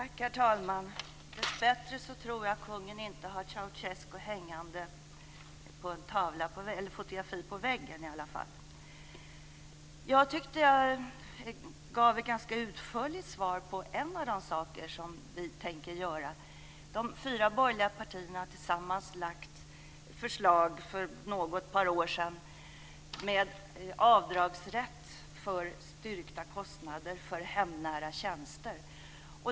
Herr talman! Dessbättre tror jag inte att kungen har Ceaucescu på ett fotografi på väggen i alla fall. Jag tyckte att jag gav ett ganska utförligt svar när det gäller en av de saker som vi tänker göra: De fyra borgerliga partierna lade tillsammans för några år sedan fram förslag med avdragsrätt för styrkta kostnader för hemnära tjänster.